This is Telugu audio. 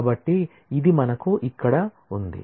కాబట్టి ఇది మనకు ఇక్కడ ఉంది